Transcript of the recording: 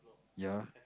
ya